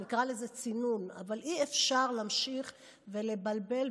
אני אקרא לזה צינון, אבל אי-אפשר להמשיך ולבלבל.